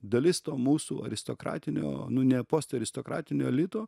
dalis to mūsų aristokratinio nu ne post aristokratinio elito